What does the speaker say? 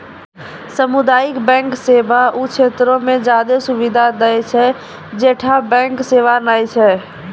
समुदायिक बैंक सेवा उ क्षेत्रो मे ज्यादे सुविधा दै छै जैठां बैंक सेबा नै छै